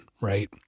right